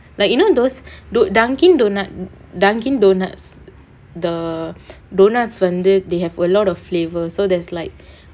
like you know those do~ Dunkin' Donuts Dunkin' Donuts the doughnuts whether they have a lot of flavour so there's like